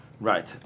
Right